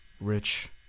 rich